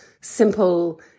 simple